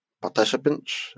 participants